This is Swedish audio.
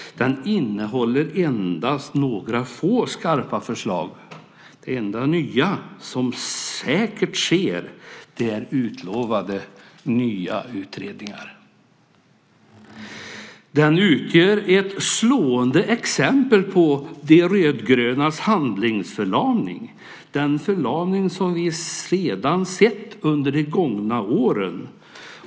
Den innehåller endast några få skarpa förslag. Det enda nya som säkert sker är utlovade nya utredningar. Propositionen utgör ett slående exempel på de rödgrönas handlingsförlamning, den förlamning som vi sett under de gångna åren.